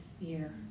year